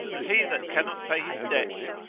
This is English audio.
and he that cannot pay his debts,